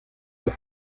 como